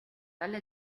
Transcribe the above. tale